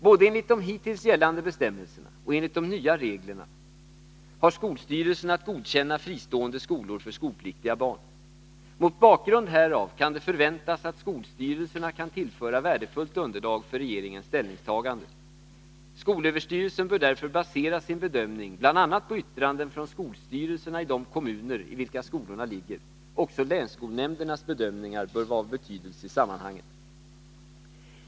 Både enligt de hittills gällande bestämmelserna och enligt de nya reglerna har skolstyrelsen att godkänna fristående skolor för skolpliktiga barn. Mot bakgrund härav kan det förväntas att skolstyrelserna kan tillföra värdefullt underlag för regeringens ställningstagande. Skolöverstyrelsen bör därför basera sin bedömning bl.a. på yttranden från skolstyrelserna i de kommuner i vilka skolorna ligger. Också länsskolnämndernas bedömningar bör vara av betydelse i sammanhanget.